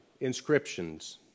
inscriptions